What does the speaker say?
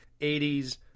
80s